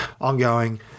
ongoing